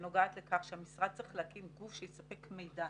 שנוגעת לכך שהמשרד צריך להקים גוף שיספק מידע